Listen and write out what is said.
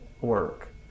work